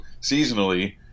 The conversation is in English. seasonally